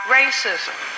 racism